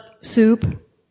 soup